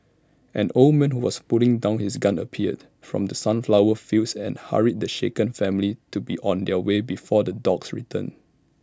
an old man who was putting down his gun appeared from the sunflower fields and hurried the shaken family to be on their way before the dogs return